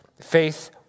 Faith